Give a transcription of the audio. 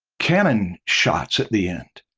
canon shots at the end,